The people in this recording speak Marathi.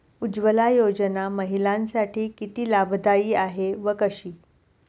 उज्ज्वला योजना महिलांसाठी किती लाभदायी आहे व कशी?